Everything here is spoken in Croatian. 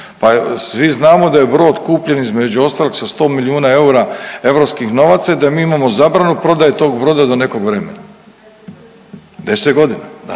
Pa svi znamo da je brod kupljen između ostalog sa 100 milijuna eura europskih novaca i da mi imamo zabranu prodaje tog broda do nekog vremena. 10 godina. Da.